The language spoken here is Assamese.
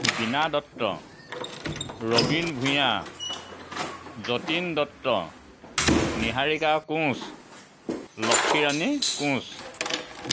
বীণা দত্ত ৰবীন ভূঞা যতীন দত্ত নিহাৰীকা কোঁচ লক্ষীৰাণী কোঁচ